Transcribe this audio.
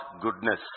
goodness